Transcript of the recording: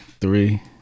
Three